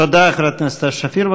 תודה, חברת הכנסת סתיו שפיר.